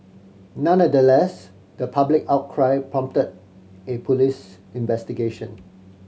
nonetheless the public outcry prompted a police investigation